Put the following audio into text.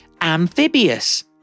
amphibious